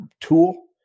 tool